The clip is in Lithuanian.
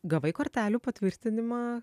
gavai kortelių patvirtinimą